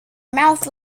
mouth